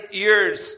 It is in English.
years